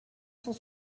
cent